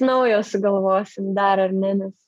naujo sugalvosim dar ar ne nes